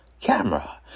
camera